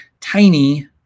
tiny